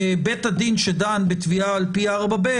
בית הדין שדן בתביעה על פי 4ב,